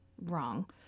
wrong